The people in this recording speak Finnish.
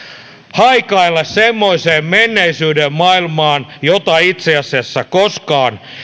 haikailla semmoiseen menneisyyden maailmaan jota itse asiassa koskaan